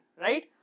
right